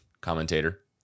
commentator